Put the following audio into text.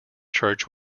church